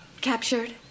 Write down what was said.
Captured